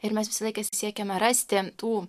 ir mes visą laiką siekiame rasti tų